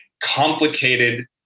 complicated